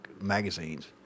magazines